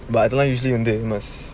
but I don't usually eat seafood